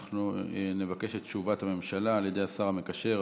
אנחנו נבקש את תשובת הממשלה על ידי השר המקשר,